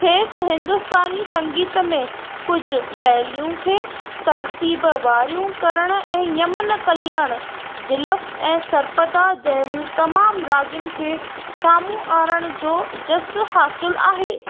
खेसि हिंदुस्तानी संगीत में कुझु पहलुनि खे तर्तीबवारु करणु ऐं यमन कल्याण ज़ीलफ़ ऐं सर्पदा जहिड़ियूं तमामु राॻनि खे साम्हूं आणणु जो जसु हासिलु आहे